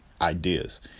ideas